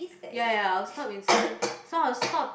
ya ya I'll stop in certain so I'll stop